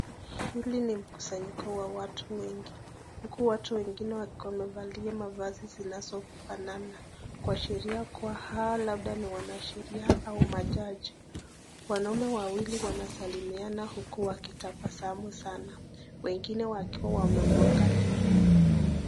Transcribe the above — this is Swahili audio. Hili ni mkusanyiko wa watu wengi. Huku watu wengine wakiwa wamevalia mavazi zinazofanana kuashiria kuwa hao labda ni wanasheria au majaji. Wanaume wawili wanasalimiana huku wakitabasamu sana wengine wakiwa wamemwangalia.